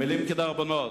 מלים כדרבונות.